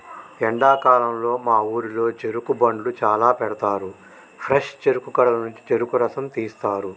ఎండాకాలంలో మా ఊరిలో చెరుకు బండ్లు చాల పెడతారు ఫ్రెష్ చెరుకు గడల నుండి చెరుకు రసం తీస్తారు